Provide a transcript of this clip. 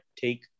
take